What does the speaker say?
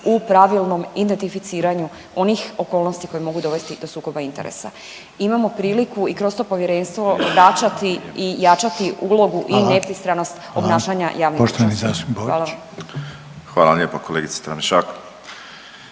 u pravilnom identificiranju onih okolnosti koje mogu dovesti do sukoba interesa. Imamo priliku i kroz to povjerenstvo vraćati i jačati ulogu i … …/Upadica Reiner: Hvala./… … nepristranost